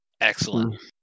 Excellent